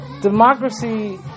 Democracy